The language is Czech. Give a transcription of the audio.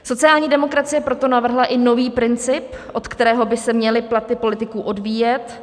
Sociální demokracie proto navrhla i nový princip, od kterého by se měly platy politiků odvíjet.